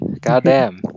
Goddamn